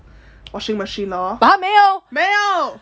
washing machine lor but 他没有没有